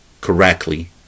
Correctly